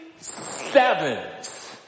sevens